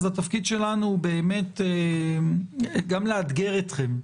התפקיד שלנו הוא גם לאתגר אתכם.